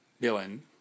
villain